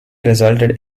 resulted